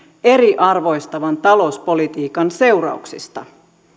eriarvoistavan talouspolitiikan seurauksista